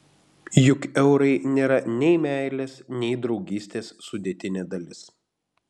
juk eurai nėra nei meilės nei draugystės sudėtinė dalis